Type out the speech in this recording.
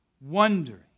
wondering